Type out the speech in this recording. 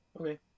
Okay